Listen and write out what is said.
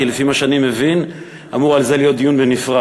כי לפי מה שאני מבין אמור להיות על זה דיון נפרד,